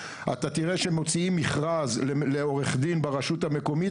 אתה תראה שמוציאים מכרז לעורך דין ברשות המקומית,